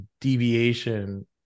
deviation